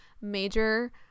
major